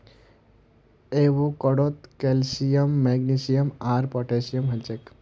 एवोकाडोत calcium magnesium आर potassium हछेक